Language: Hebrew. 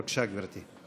בבקשה, גברתי.